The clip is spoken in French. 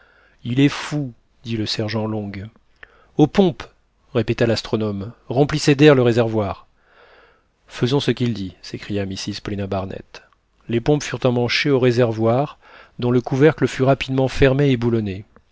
il est fou dit le sergent long aux pompes répéta l'astronome remplissez d'air le réservoir faisons ce qu'il dit s'écria mrs paulina barnett les pompes furent emmanchées au réservoir dont le couvercle fut rapidement fermé et boulonné